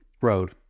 road